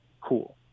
cool